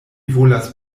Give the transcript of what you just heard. volas